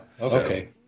Okay